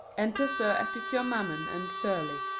enter sir epicure mammon and surly.